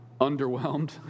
underwhelmed